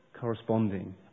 corresponding